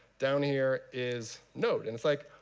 down here is node. and it's like,